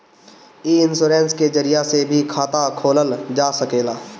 इ इन्शोरेंश के जरिया से भी खाता खोलल जा सकेला